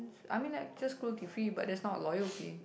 I mean like just cruelty free but that's not loyalty